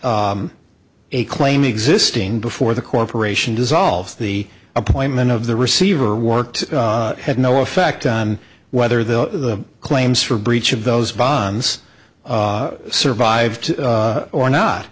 was a claim existing before the corporation dissolved the appointment of the receiver worked had no effect on whether the claims for breach of those bonds survived or not